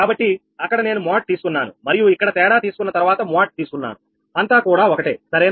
కాబట్టి అక్కడ నేను మోడ్ తీసుకున్నాను మరియు ఇక్కడ తేడా తీసుకున్న తర్వాత మోడ్ తీసుకున్నాను అంతా కూడా ఒకటే సరేనా